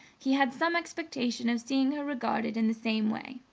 he had some expectation of seeing her regard it in the same way.